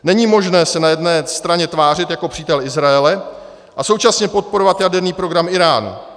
Není možné se na jedné straně tvářit jako přítel Izraele a současně podporovat jaderný program Íránu.